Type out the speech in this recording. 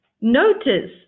Notice